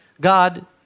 God